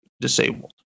disabled